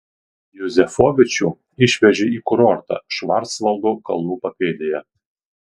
juzefovičių išvežė į kurortą švarcvaldo kalnų papėdėje